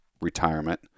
retirement